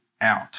out